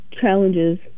challenges